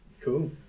Cool